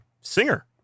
singer